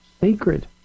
sacred